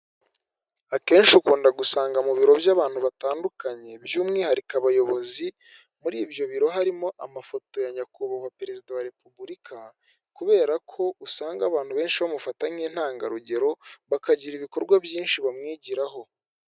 Akenshi ukunda gusanga mu biro by'abantu batandukanye by'umwihariko abayobozi, muri ibyo biro harimo amafoto ya nyakubahwa perezida wa repubulika, kubera ko usanga abantu benshi bamufata nk'intangarugero bakagira ibikorwa byinshi bamwigiraho.